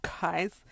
guys